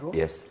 yes